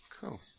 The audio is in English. Cool